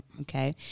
okay